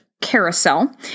carousel